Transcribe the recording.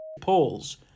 polls